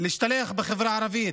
להשתלח בחברה הערבית?